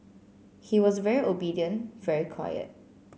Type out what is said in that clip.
he was very obedient very quiet